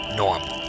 normal